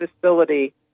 facility